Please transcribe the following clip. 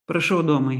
prašau adomai